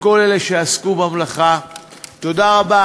תודה רבה.